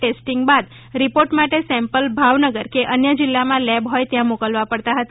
testing બાદ report માટે sample Bhavnagar કે અન્ય જિલ્લામાં લેબ હોય ત્યાં મોકલવા પડતા હતા